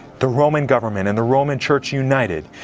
the roman government and the roman church united.